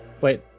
Wait